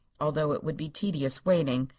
although it would be tedious waiting.